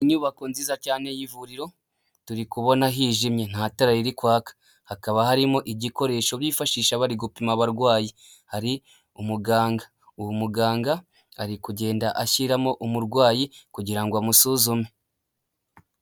Inyubako nziza cyane y'ivuriro, turi kubona hijimye nta tara riri kwaka hakaba harimo igikoresho bifashisha bari gupima abarwayi, hari umuganga, uwo muganga ari kugenda ashyiramo umurwayi kugira ngo amusuzume.